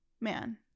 man